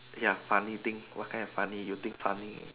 ya funny thing what kind of funny you think funny